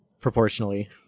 Proportionally